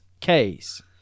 case